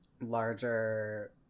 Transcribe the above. larger